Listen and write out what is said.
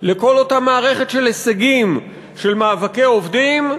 לכל אותה מערכת של הישגים של מאבקי עובדים: